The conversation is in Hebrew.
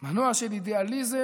מנוע של אידיאליזם,